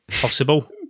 possible